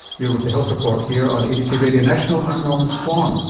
you're with the health report here on abc radio national, i'm norman swan